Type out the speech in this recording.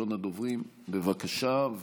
ראשון הדוברים, בבקשה.